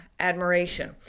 Admiration